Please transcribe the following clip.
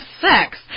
sex